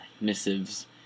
Missives